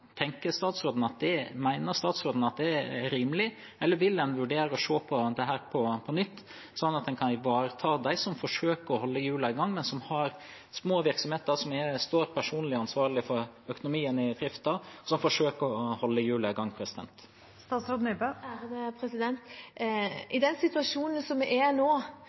statsråden det er rimelig, eller vil en vurdere å se på dette på nytt, slik at en kan ivareta dem som forsøker å holde hjulene i gang, men som har små virksomheter som de står personlig ansvarlig for økonomien for? I den situasjonen vi er i nå, og på dette tidspunktet, tror jeg ikke det er lurt å avvise noen verdens ting. For er det noe vi har funnet ut, er